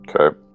Okay